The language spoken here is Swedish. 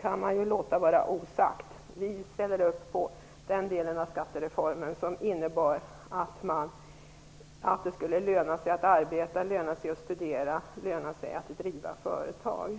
kan man låta vara osagt. Vi ställde upp på den delen av skattereformen som innebar att det skulle löna sig att arbeta, studera och driva företag.